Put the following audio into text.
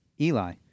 Eli